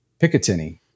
Picatinny